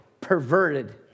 perverted